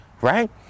Right